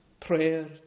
prayer